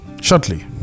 shortly